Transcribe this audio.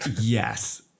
Yes